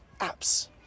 apps